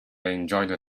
enjoyed